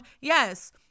Yes